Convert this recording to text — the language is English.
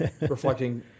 Reflecting